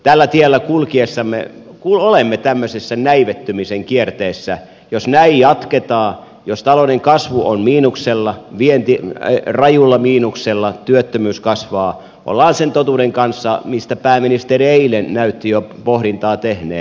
tällä tiellä kulkiessamme kun olemme tämmöisessä näivettymisen kierteessä jos näin jatketaan jos talouden kasvu on miinuksella vienti rajulla miinuksella työttömyys kasvaa ollaan sen totuuden kanssa mistä pääministeri eilen näytti jo pohdintaa tehneen